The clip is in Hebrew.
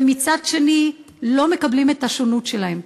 ומצד שני לא מקבלים את השונות שלהם,